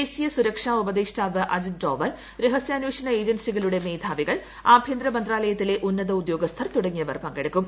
ദേശീയ സുരക്ഷാ ഉപദേഷ്ടാവ് അജിത് ഡോവൽ രഹസ്യാന്വേഷണ ഏജൻസികളുടെ മേധാവികൾ ആഭ്യന്തര മന്ത്രാലയത്തിലെ ഉന്നത ഉദ്യോഗസ്ഥർ തുടങ്ങിയവർ പങ്കെടുക്കും